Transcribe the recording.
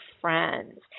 friends